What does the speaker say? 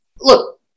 Look